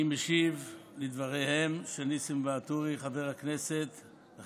אני משיב על דבריהם של חבר הכנסת ניסים ואטורי